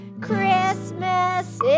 Christmas